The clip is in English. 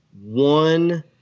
one